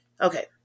Okay